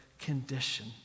condition